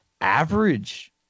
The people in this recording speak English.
average